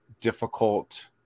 difficult